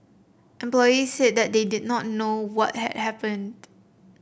employees said that they did not know what had happened